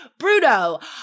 Bruto